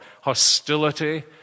hostility